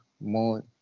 more